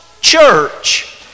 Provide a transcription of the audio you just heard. church